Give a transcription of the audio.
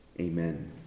amen